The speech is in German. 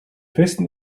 festen